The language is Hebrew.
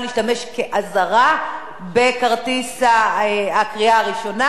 להשתמש כאזהרה בכרטיס הקריאה הראשונה.